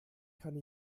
kann